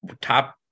top